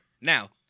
Now